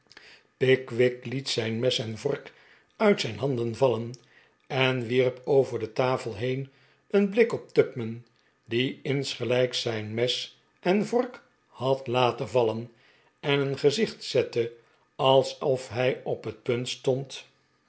pickwick liet zijn mes en vork uit zijn handen vallen en wierp over de tafel heen een blik op tupman die jnsgelijks zijn mes en vork had laten vallen en een gezicht zette alsof hij op het punt stond